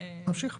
נמשיך.